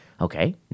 Okay